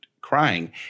crying